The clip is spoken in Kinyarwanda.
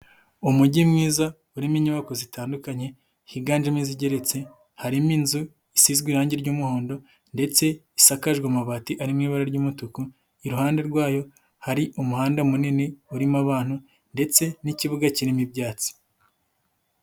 Umujyi mwiza urimo inyubako zitandukanye higanjemo izigeretse, harimo inzu isizwe irangi ry'umuhondo ndetse isakajwe amabati arimo ibara ry'umutuku, iruhande rwayo hari umuhanda munini urimo abantu, ndetse n'ikibuga kirimo ibyatsi.